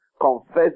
confess